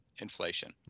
inflation